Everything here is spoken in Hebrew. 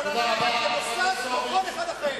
אותה ילדה יכולה ללכת למוסד, כמו כל אחד אחר.